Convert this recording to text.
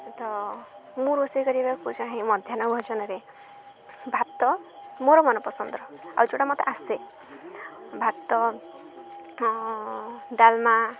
ତ ମୁଁ ରୋଷେଇ କରିବାକୁ ଚାହେଁ ମଧ୍ୟାହ୍ନ ଭୋଜନରେ ଭାତ ମୋର ମନପସନ୍ଦର ଆଉ ଯେଉଁଟା ମୋତେ ଆସେ ଭାତ ଡାଲମା